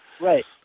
Right